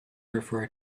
refer